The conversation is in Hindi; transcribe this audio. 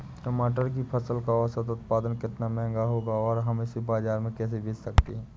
टमाटर की फसल का औसत उत्पादन कितना होगा और हम इसे बाजार में कैसे बेच सकते हैं?